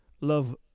love